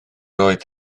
oedd